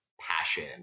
passion